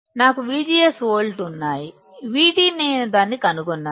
నాకు VGS వోల్ట్లు ఉన్నాయి VT నేను దాన్ని కనుగొన్నాను